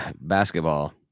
Basketball